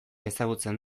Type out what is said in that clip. ezagutzen